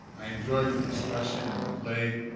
i enjoyed the discussion and the play.